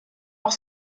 auch